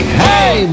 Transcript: hey